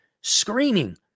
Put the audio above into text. screaming